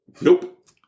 Nope